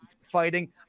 fighting